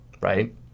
right